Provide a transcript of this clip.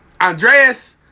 Andreas